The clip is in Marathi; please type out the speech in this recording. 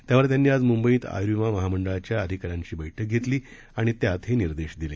त्यावर त्यांनी आज म्ंबईत आय्र्विमा महामंडळाच्या अधिकाऱ्यांबरोबर बैठक घेतली आणि त्यात हे निर्देश दिले